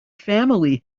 family